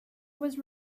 was